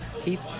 Keith